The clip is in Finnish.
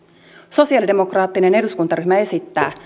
sosialidemokraattinen eduskuntaryhmä esittää